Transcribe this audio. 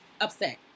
upset